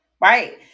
right